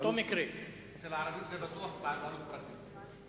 אצל הערבים זה בטוח בעלות פרטית.